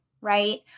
right